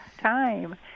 time